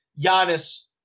Giannis –